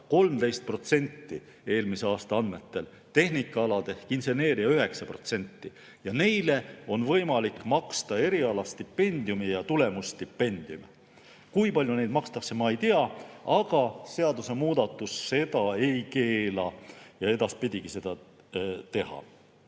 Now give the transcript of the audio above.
13% eelmise aasta andmetel, tehnikaalad ehk inseneeria 9%. Neile on võimalik maksta erialastipendiumi ja tulemusstipendiumi. Kui palju neid makstakse, ma ei tea, aga seadusemuudatus seda ei keela edaspidigi teha.